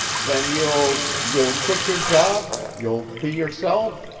then you'll you'll quit your job you'll be yourself?